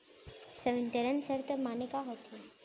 संवितरण शर्त माने का होथे?